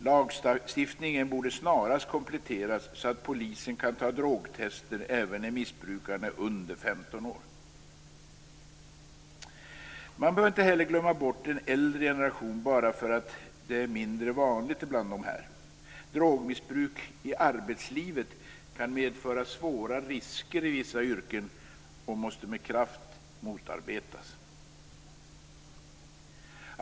Lagstiftningen borde snarast kompletteras så att polisen kan ta drogtester även när missbrukaren är under 15 år. Man bör inte heller glömma bort en äldre generation bara för att detta är mindre vanligt hos den. Drogmissbruk i arbetslivet kan medföra svåra risker i vissa yrken och måste med kraft motarbetas.